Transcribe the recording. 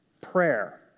prayer